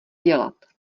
dělat